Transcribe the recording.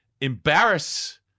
embarrass